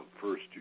First